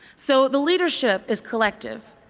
so the leadership is collective.